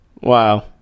Wow